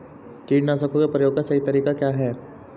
कीटनाशकों के प्रयोग का सही तरीका क्या है?